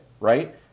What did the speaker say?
right